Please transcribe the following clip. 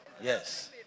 Yes